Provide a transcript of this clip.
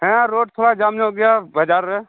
ᱦᱮᱸ ᱨᱳᱰ ᱛᱷᱚᱲᱟ ᱡᱟᱢ ᱧᱚᱜ ᱜᱮᱭᱟ ᱵᱟᱡᱟᱨ ᱨᱮ